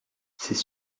c’est